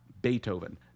Beethoven